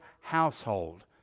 household